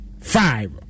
five